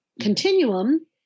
Continuum